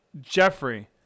Jeffrey